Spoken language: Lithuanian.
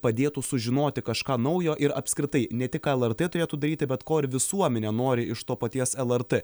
padėtų sužinoti kažką naujo ir apskritai ne tik ką lrt turėtų daryti bet ko ir visuomenė nori iš to paties lrt